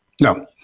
No